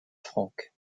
franque